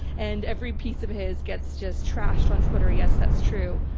and every piece of his gets just trashed on twitter, yes, that's true.